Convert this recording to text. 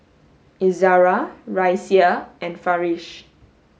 Izara Raisya and Farish